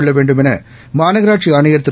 கொள்ளவேண்டும் எனமாநகராட்சிஆணையர் திரு